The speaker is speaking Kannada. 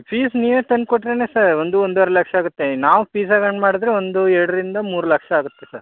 ಫೀಜ್ ನೀವೇ ತಂದು ಕೊಟ್ರೇ ಸರ್ ಒಂದು ಒಂದುವ ರೆ ಲಕ್ಷ ಆಗುತ್ತೆ ನಾವು ಪೀಜಾಗಳನ್ನು ಮಾಡಿದ್ರೆ ಒಂದು ಎರಡರಿಂದ ಮೂರು ಲಕ್ಷ ಆಗುತ್ತೆ ಸರ್